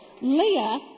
Leah